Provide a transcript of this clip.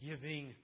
giving